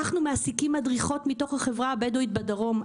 אנחנו מעסיקים מדריכות מתוך החברה הבדווית בדרום.